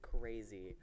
Crazy